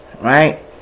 Right